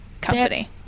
company